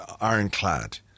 ironclad